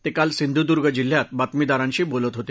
ते काल सिंधुद्र्ग जिल्ह्यात बातमीदारांशी बोलत होते